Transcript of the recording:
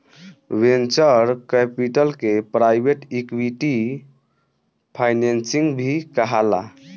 venture capital के private equity financing भी कहाला